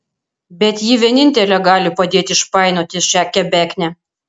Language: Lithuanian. bet ji vienintelė gali padėti išpainioti šią kebeknę